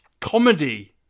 comedy